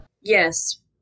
Yes